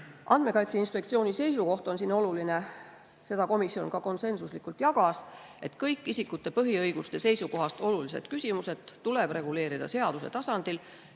Andmekaitse Inspektsiooni seisukoht, mida ka komisjon konsensuslikult jagas, et kõik isikute põhiõiguste seisukohast olulised küsimused tuleb reguleerida seaduse tasandil,